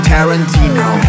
Tarantino